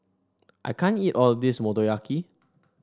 I can't eat all of this Motoyaki